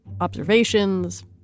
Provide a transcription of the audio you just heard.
Observations